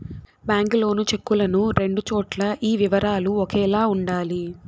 bank loan చెక్కులను రెండు చోట్ల ఈ వివరాలు ఒకేలా ఉండాలి